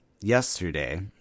Yesterday